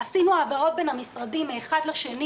עשינו העברות בין המשרדים מן האחד לשני